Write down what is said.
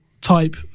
type